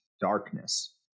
darkness